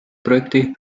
projekti